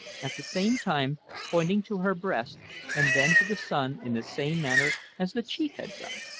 at the same time pointing to her breast and then to the sun in the same manner as the chief had done.